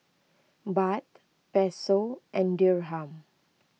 Baht Peso and Dirham